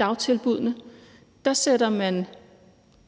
dagtilbuddene sætter